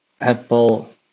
Apple